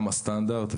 גם הסטנדרט,